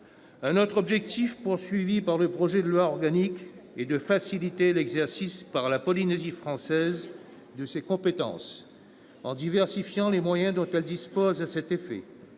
en oeuvre sur cette base. Le projet de loi organique vise également à faciliter l'exercice par la Polynésie française de ses compétences, en diversifiant les moyens dont elle dispose à cet effet,